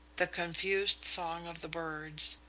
the confused song of the birds,